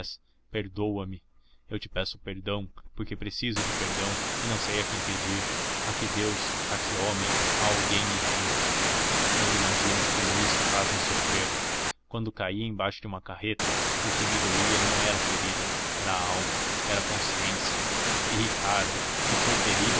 perdoa-me eu te peço perdão porque preciso de perdão e não sei a quem pedir a que deus a que homem a alguém enfim não imaginas como isto faz-me sofrer quando caí embaixo de uma carreta o que doía não era a ferida era a alma era a consciência e ricardo que foi ferido